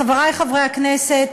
חברי חברי הכנסת,